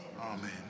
Amen